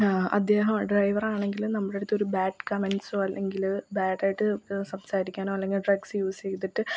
അദ്ദേഹം ഡ്രൈവറാണങ്കിലും നമ്മടടുത്തൊരു ബാഡ് കമന്റ്സോ അല്ലെങ്കില് ബാഡായിട്ട് സംസാരിക്കാനോ അല്ലെങ്കില് ഡ്രഗ്സ് യൂസ് ചെയ്തിട്ട്